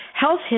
health